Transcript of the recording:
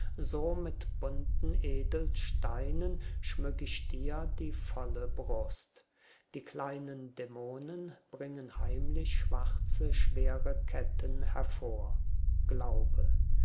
so mit bunten edelsteinen schmück ich dir die volle brust die kleinen dämonen bringen heimlich schwarze schwere ketten hervor glaube